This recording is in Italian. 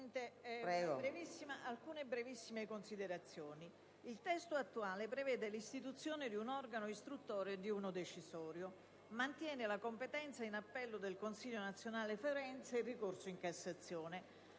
mi limito solo ad alcune sintetiche considerazioni. Il testo attuale prevede l'istituzione di un organo istruttorio e di uno decisorio. Mantiene la competenza in appello del Consiglio nazionale forense ed il ricorso in Cassazione.